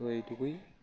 তো এইটুকুই